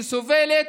שסובלת.